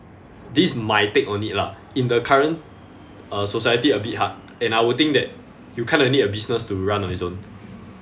this my take on it lah in the current uh society a bit hard and I would think that you kind of need a business to run on its own